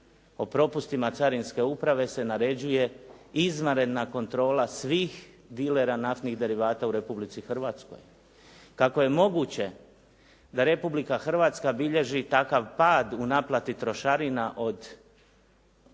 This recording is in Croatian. o propustima Carinske uprave se naređuje izvanredna kontrola svih dilera naftnih derivata u Republici Hrvatskoj? Kako je moguće da Republika Hrvatska bilježi takav pad u naplati trošarina od naftnih derivata